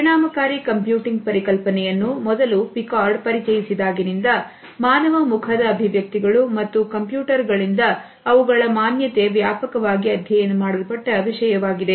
ಪರಿಣಾಮಕಾರಿ ಕಂಪ್ಯೂಟಿಂಗ್ ಪರಿಕಲ್ಪನೆಯನ್ನು ಮೊದಲು ಪಿಕಾರ್ಡ್ ಪರಿಚಯಿಸಿದಾಗ ನಿಂದ ಮಾನವ ಮುಖದ ಅಭಿವ್ಯಕ್ತಿಗಳು ಮತ್ತು ಕಂಪ್ಯೂಟರ್ ಗಳಿಂದ ಅವುಗಳ ಮಾನ್ಯತೆ ವ್ಯಾಪಕವಾಗಿ ಅಧ್ಯಯನ ಮಾಡಲ್ಪಟ್ಟ ವಿಷಯವಾಗಿದೆ